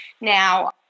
Now